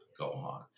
Gohan